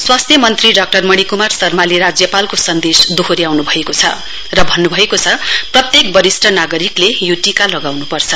स्वास्थ्य मन्त्री डाक्टर मणिकुमार शर्माले राज्यालको सन्देश दोहोर्याउनु भएको छ र भन्नुभएको छ प्रत्येक वरिष्ट नागरिकले टीका लगाउनुपर्छ